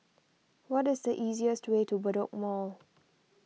what is the easiest way to Bedok Mall